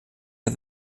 der